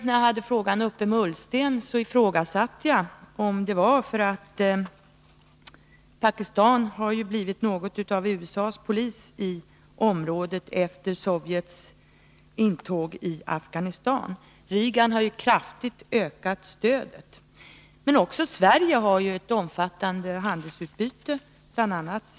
När jag hade frågan uppe med Ola Ullsten diskuterade jag betydelsen av att Pakistan efter Sovjets intåg i Afghanistan har blivit något av USA:s polis i området — Reagan har kraftigt ökat stödet — men också av att Sverige har ett omfattande handelsutbyte med Pakistan. Bl. a.